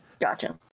gotcha